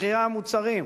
מחירי המוצרים,